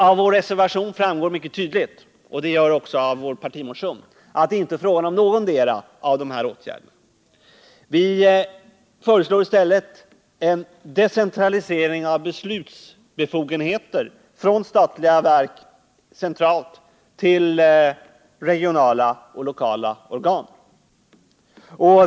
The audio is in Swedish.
Av vår reservation framgår mycket tydligt — liksom av vår partimotion — att det inte är fråga om någondera av dessa åtgärder. Vi föreslår i stället en decentralisering av beslutsbefogenheter från statliga verk centralt till regionala och lokala organ.